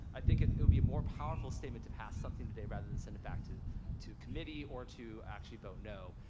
i think it it would be a more powerful statement to pass something today rather than send it back to to committee or to actually vote no.